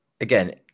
again